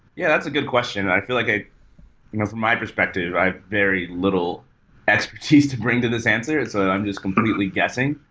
yeah, that's a good question. i feel like, ah you know from my perspective, i have very little expertise expertise to bring to this answer, so i'm just completely guessing.